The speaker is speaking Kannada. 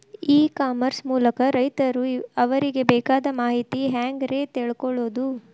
ಇ ಕಾಮರ್ಸ್ ಮೂಲಕ ರೈತರು ಅವರಿಗೆ ಬೇಕಾದ ಮಾಹಿತಿ ಹ್ಯಾಂಗ ರೇ ತಿಳ್ಕೊಳೋದು?